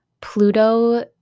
pluto